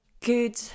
good